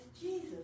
Jesus